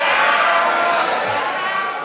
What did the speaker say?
סעיף 07,